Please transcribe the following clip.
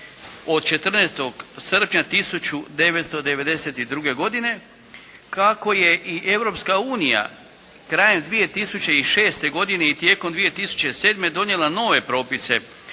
od 14. srpnja 1992. godine. Kako je i Europska unija krajem 2006. godine i tijekom 2007. donijela nove propise